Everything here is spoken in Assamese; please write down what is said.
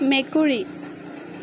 মেকুৰী